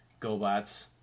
Gobots